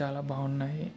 చాలా బాగున్నాయి